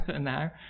now